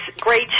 Great